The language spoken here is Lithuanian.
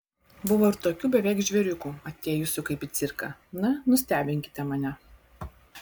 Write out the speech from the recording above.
buvo ir tokių beveik žvėriukų atėjusių kaip į cirką na nustebinkite mane